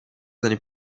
années